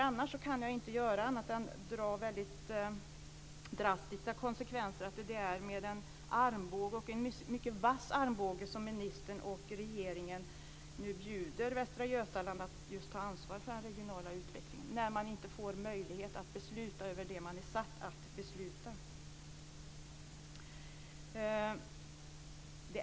Annars kan jag inte göra annat än dra den drastiska slutsatsen, att det är med en vass armbåge som ministern och regeringen bjuder Västra Götaland att ta ansvar för den regionala utvecklingen, när man inte får möjlighet att besluta över det man är satt att besluta om.